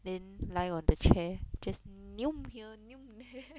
then lie on the chair just here there